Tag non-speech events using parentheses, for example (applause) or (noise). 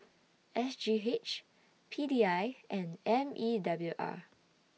(noise) S G H P D I and M E W R